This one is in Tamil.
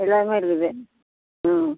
எல்லாமே இருக்குது ம்